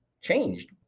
changed